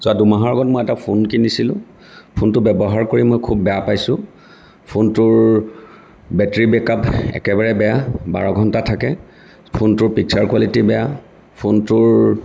যোৱা দুমাহৰ আগত মই এটা ফোন কিনিছিলোঁ ফোনটো ব্যৱহাৰ কৰি মই খুব বেয়া পাইছোঁ ফোনটোৰ বেটেৰি বেকআপ একেবাৰে বেয়া বাৰ ঘণ্টা থাকে ফোনটোৰ পিক্সাৰ কোৱালিটী বেয়া ফোনটোৰ